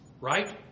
right